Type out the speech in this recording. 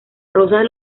rosas